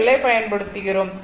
L I பயன்படுத்துகிறோம்